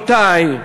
רבותי,